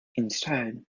instead